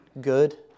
good